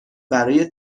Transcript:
برای